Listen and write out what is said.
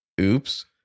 Oops